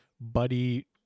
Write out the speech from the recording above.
Buddy